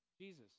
Jesus